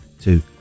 two